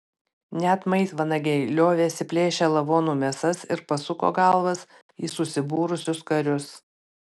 net maitvanagiai liovėsi plėšę lavonų mėsas ir pasuko galvas į susibūrusius karius